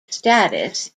status